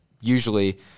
usually